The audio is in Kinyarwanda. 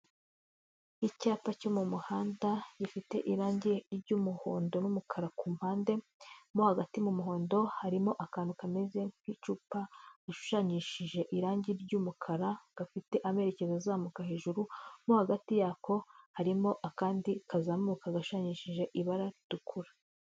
Icyapa cyo mu muhanda, gifite irangi ry'umuhondo n'umukara ku mpande, mo hagati mu muhondo harimo akantu kameze nk'icupa rishushanyishije irangi ry'umukara, gafite amerekezo azamuka hejuru, mo hagati yako harimo akandi kazamuka gashushanyishije ibara ritukura.